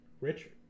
Richard